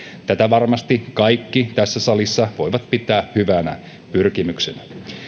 tätä varmasti kaikki tässä salissa voivat pitää hyvänä pyrkimyksenä